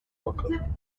walker